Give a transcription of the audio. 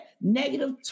negative